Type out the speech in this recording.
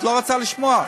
את לא רוצה לשמוע.